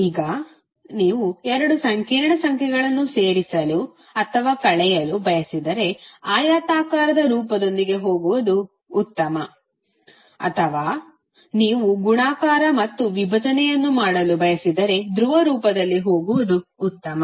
ಈಗ ನೀವು ಎರಡು ಸಂಕೀರ್ಣ ಸಂಖ್ಯೆಗಳನ್ನು ಸೇರಿಸಲು ಅಥವಾ ಕಳೆಯಲು ಬಯಸಿದರೆ ಆಯತಾಕಾರದ ರೂಪದೊಂದಿಗೆ ಹೋಗುವುದು ಉತ್ತಮ ಅಥವಾ ನೀವು ಗುಣಾಕಾರ ಮತ್ತು ವಿಭಜನೆಯನ್ನು ಮಾಡಲು ಬಯಸಿದರೆ ಧ್ರುವ ರೂಪದಲ್ಲಿ ಹೋಗುವುದು ಉತ್ತಮ